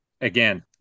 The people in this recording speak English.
again